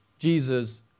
Jesus